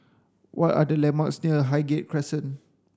what are the landmarks near Highgate Crescent